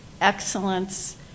excellence